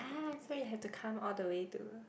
ah so you have to come all the way to